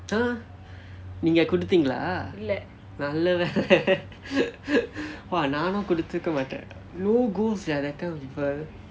!huh! நீங்க கொடுத்தீங்களா:ninga kodutthingalaa !wah! நானும் கொடுத்திருக்க மாட்டேன்:naanum koduthirukka maatten no go sia that kind of people